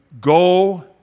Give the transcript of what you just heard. go